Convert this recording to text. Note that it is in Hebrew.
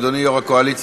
אדוני יו"ר הקואליציה,